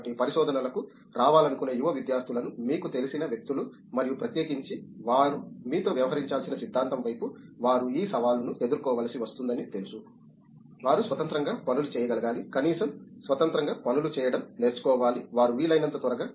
కాబట్టి పరిశోధనలకు రావాలనుకునే యువ విద్యార్థులను మీకు తెలిసిన వ్యక్తులు మరియు ప్రత్యేకించి వారు మీతో వ్యవహరించాల్సిన సిద్ధాంతం వైపు వారు ఈ సవాలును ఎదుర్కోవలసి వస్తుందని తెలుసు వారు స్వతంత్రంగా పనులు చేయగలగాలి కనీసం స్వతంత్రంగా పనులు చేయడం నేర్చుకోవాలి వారు వీలైనంత త్వరగా